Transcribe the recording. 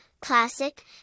classic